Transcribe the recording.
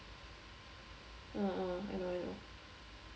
mm mm I know I know